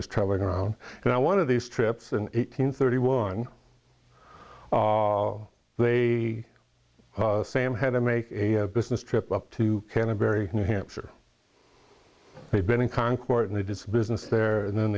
he's traveling around now one of these trips an eighteen thirty one they sam had to make a business trip up to canada very new hampshire they've been in concord and they did business there and then